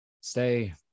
stay